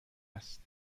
است